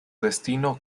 destino